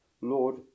Lord